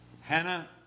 Hannah